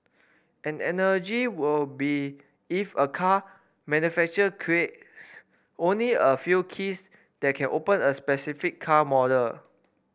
an analogy will be if a car manufacturer creates only a few keys that can open a specific car model